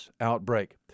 outbreak